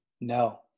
No